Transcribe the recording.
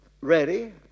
ready